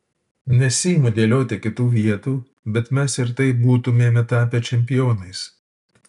nesiimu dėlioti kitų vietų bet mes ir taip būtumėme tapę čempionais